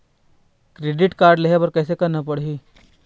Credit card लेहे बर कैसे करना पड़ही?